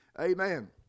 Amen